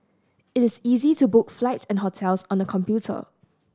it is easy to book flights and hotels on the computer